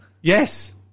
Yes